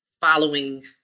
following